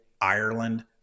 Ireland